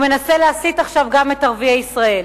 והוא מנסה להסית עכשיו גם את ערביי ישראל.